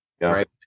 right